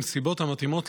בנסיבות המתאימות,